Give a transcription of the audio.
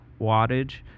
wattage